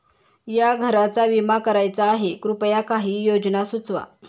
या घराचा विमा करायचा आहे कृपया काही योजना सुचवा